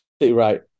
right